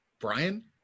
Brian